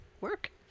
Work